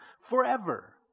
Forever